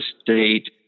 state